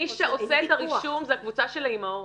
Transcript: מי שעושה את הרישום זה הקבוצה של האימהות,